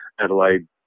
Adelaide